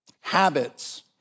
Habits